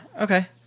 okay